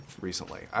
recently